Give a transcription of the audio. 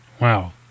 Wow